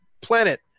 planet